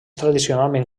tradicionalment